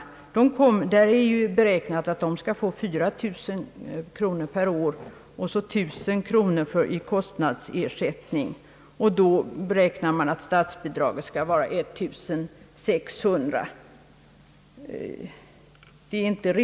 Det är ju beräknat att dagmammorna skall få 4000 kronor per år och dessutom 1 000 kronor i kostnadsersättning, varvid statsbidraget skulle vara 1600 kronor.